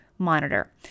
monitor